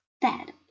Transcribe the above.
dead